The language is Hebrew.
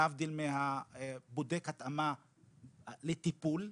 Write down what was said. להבדיל מבודק התאמה לטיפול.